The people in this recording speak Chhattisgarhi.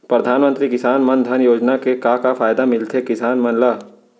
परधानमंतरी किसान मन धन योजना के का का फायदा मिलथे किसान मन ला?